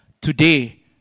today